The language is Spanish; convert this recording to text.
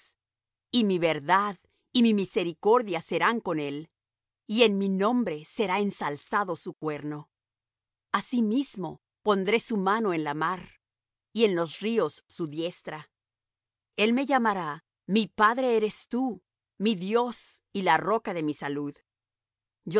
y mi verdad y mi misericordia serán con él y en mi nombre será ensalzado su cuerno asimismo pondré su mano en la mar y en los ríos su diestra el me llamará mi padre eres tú mi dios y la roca de mi salud